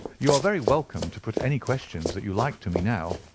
you are very welcome to put any questions that you like to me now,